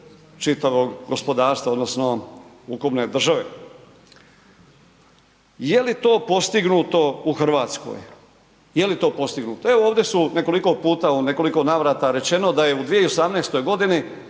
čitavog gospodarstva odnosno ukupne države. Je li to postignuto u Hrvatskoj? Je li to postignuto? Evo ovdje su nekoliko puta, u nekoliko navrata rečeno da je u 2018. g.